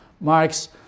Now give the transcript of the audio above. Marx